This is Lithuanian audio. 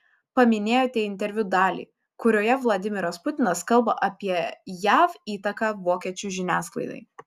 paminėjote interviu dalį kurioje vladimiras putinas kalba apie jav įtaką vokiečių žiniasklaidai